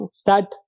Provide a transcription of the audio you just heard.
start